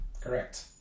Correct